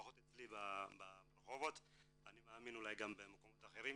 לפחות אצלי ברחובות ואני מאמין שגם במקומות אחרים.